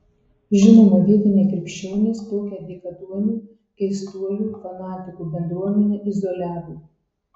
žinoma vietiniai krikščionys tokią dykaduonių keistuolių fanatikų bendruomenę izoliavo